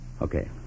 Okay